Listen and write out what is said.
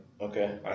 Okay